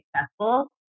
successful